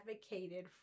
advocated